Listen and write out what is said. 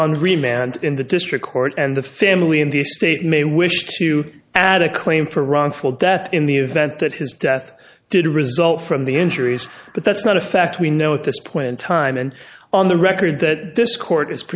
on remand in the district court and the family in the state may wish to add a claim for wrongful death in the event that his death did result from the injuries but that's not a fact we know at this point in time and on the record that this court is